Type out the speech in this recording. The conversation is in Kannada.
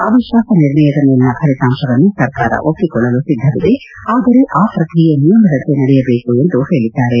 ಅವಿಶ್ವಾಸ ನಿರ್ಣಯದ ಮೇಲಿನ ಫಲಿತಾಂಶವನ್ನು ಸರ್ಕಾರ ಒಪ್ಪಿಕೊಳ್ಳಲು ಸಿದ್ದವಿದೆ ಆದರೆ ಆ ಪ್ರಕ್ರಿಯೆ ನಿಯಮದಂತೆ ನಡೆಯಬೇಕು ಎಂದು ಅವರು ಹೇಳಿದ್ದಾರೆ